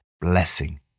blessing